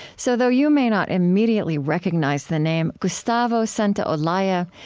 so though you may not immediately recognize the name gustavo santaolalla,